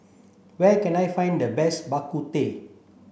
where can I find the best Bak Kut Teh